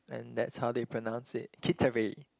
and that's how they pronounce it Kittery